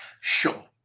Sure